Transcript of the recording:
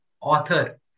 author